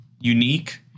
unique